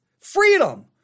freedom